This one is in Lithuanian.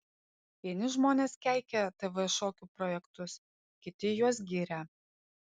vieni žmonės keikia tv šokių projektus kiti juos giria